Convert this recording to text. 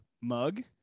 mug